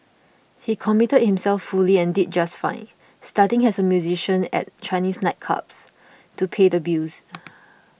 he committed himself fully and did just fine starting as a musician at Chinese nightclubs to pay the bills